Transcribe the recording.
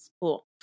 Cool